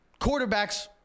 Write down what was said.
quarterbacks